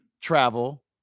travel